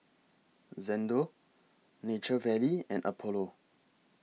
Xndo Nature Valley and Apollo